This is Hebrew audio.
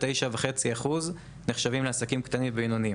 99.5% מהעסקים נחשבים קטנים או בינוניים.